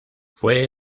fue